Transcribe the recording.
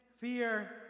fear